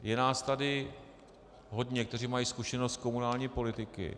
Je nás tady hodně, kteří mají zkušenost z komunální politiky.